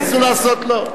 וניסו לעשות לו,